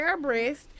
breast